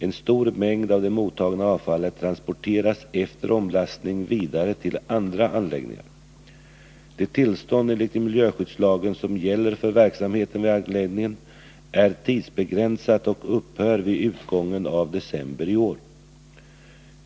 En stor mängd av det mottagna avfallet transporteras efter omlastning vidare till andra anläggningar. Det tillstånd enligt miljöskyddslagen som gäller för verksamheten vid anläggningen är tidsbegränsat och upphör vid utgången av december i år.